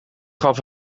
gaf